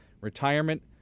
Retirement